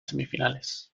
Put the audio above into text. semifinales